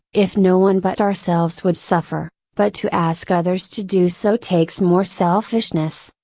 if no one but ourselves would suffer, but to ask others to do so takes more selfishness,